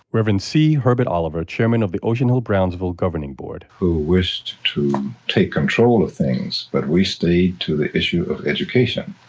rev. and c. herbert oliver, chairman of the ocean hill-brownsville governing board. who wished to take control of things, but we stayed to the issue of education.